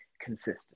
consistent